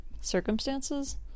circumstances